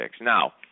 Now